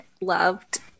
loved